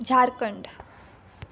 Jharkhand